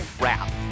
Wrap